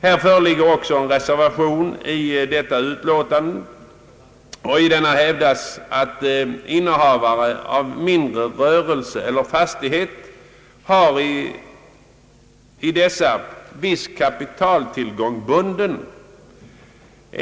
Det föreligger också en reservation, i vilken hävdas att innehavare av mindre rörelse eller fastighet i dessa har viss kapitaltillgång bunden.